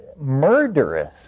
murderous